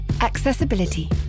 Accessibility